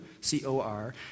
C-O-R